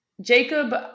Jacob